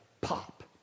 pop